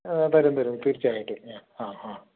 ആ തരും തരും തീർച്ചയായിട്ടും ഏ അ ആ